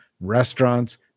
restaurants